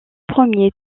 premier